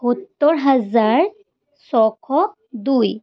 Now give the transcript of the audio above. সত্তৰ হাজাৰ ছশ দুই